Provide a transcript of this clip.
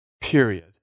Period